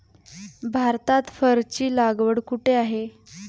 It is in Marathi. भारतात फरची लागवड कुठे आहे?